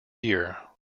year